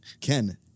Ken